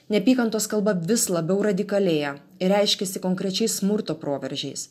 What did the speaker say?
neapykantos kalba vis labiau radikalėja ji reiškiasi konkrečiais smurto proveržiais